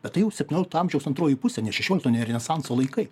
kad tai jau septyniolikto amžiaus antroji pusė ne šešiolikto ne renesanso laikai